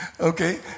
Okay